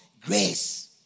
Grace